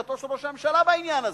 עמדתו של ראש הממשלה בעניין הזה.